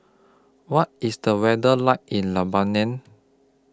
What IS The weather like in Lebanon